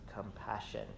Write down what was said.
compassion